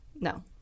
No